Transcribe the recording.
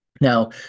Now